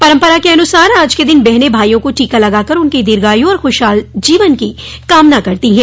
परम्परा के अनुसार आज के दिन बहनें भाइयों को टीका लगाकर उनकी दीर्घायु और ख्रशहाल जीवन की कामना करती हैं